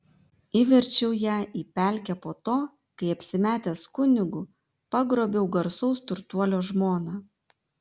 įverčiau ją į pelkę po to kai apsimetęs kunigu pagrobiau garsaus turtuolio žmoną